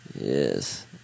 Yes